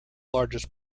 largest